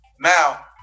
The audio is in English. Now